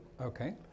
Okay